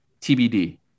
TBD